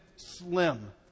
slim